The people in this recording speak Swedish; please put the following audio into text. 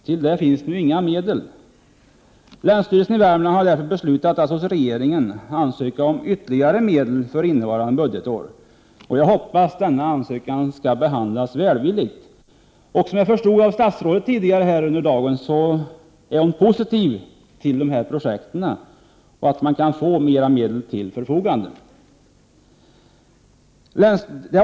Till detta finns nu inga medel. Länsstyrelsen i Värmland har därför beslutat att hos regeringen ansöka om ytterligare medel för innevarande budgetår. Jag hoppas att denna ansökan skall behandlas välvilligt. Jag tolkar det som statsrådet tidigare i dag har sagt så att hon är positiv till dessa projekt och att mer medel kommer att ställas till förfogande.